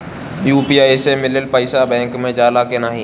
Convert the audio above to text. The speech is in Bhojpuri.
यू.पी.आई से मिलल पईसा बैंक मे जाला की नाहीं?